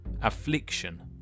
Affliction